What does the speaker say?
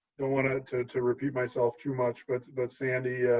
don't want ah to to repeat myself too much. but but sandy,